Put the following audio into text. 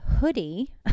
hoodie